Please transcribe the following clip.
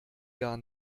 gar